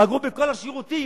פגעו בכל השירותים.